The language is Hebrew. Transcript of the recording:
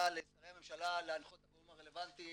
לשרי הממשלה להנחות את הגורמים הרלבנטיים